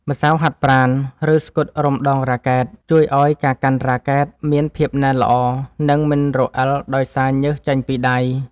ម្សៅហាត់ប្រាណ ឬស្កុតរុំដងរ៉ាកែត ជួយឱ្យការកាន់រ៉ាកែតមានភាពណែនល្អ និងមិនរអិលដោយសារញើសចេញពីដៃ។